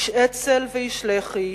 איש אצ"ל ואיש לח"י,